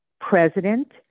president